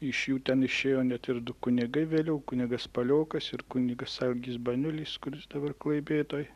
iš jų ten išėjo net ir du kunigai vėliau kunigas paliokas ir kunigas algis baniulis kuris dabar klaipėdoj